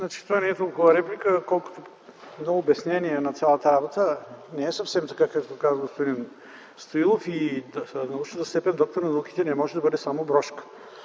Това не е толкова реплика, колкото е едно обяснение на цялата работа. Не е съвсем така, както казва господин Стоилов, и научната степен „доктор на науките” не може да бъде само брошка.